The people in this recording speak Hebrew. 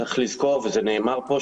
צריך לזכור וזה נאמר פה,